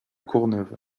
courneuve